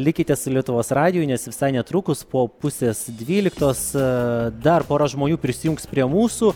likite su lietuvos radiju nes visai netrukus po pusės dvyliktos dar pora žmonių prisijungs prie mūsų